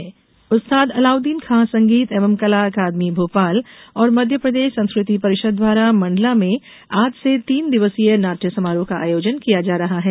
नाट्य समारोह उस्ताद अलाउद्दीन खाँ संगीत एवं कला अकादमी भोपाल और मध्यप्रदेश संस्कृति परिषद द्वारा मण्डला में आज से तीन दिवसीय नाट्य समारोह का आयोजन किया जा रहा है